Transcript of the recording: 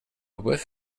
whiff